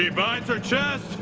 binds her chest,